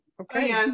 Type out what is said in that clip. okay